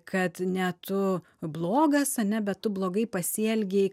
kad ne tu blogas ane bet tu blogai pasielgei